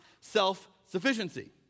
self-sufficiency